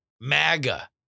MAGA